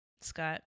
Scott